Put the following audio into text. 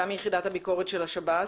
אתה מיחידת הביקורת של השב"ס,